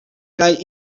kaj